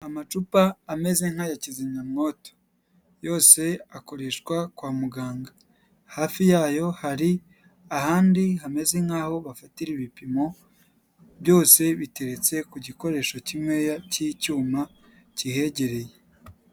Amacupa ameze nk'aya kizimyamwoto. Yose akoreshwa kwa muganga. Hafi yayo hari ahandi hameze nk'aho bafatira ibipimo. Byose bitetse ku gikoresho kimwe cy'icyuma kihegereye.